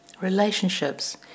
Relationships